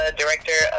director